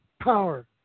power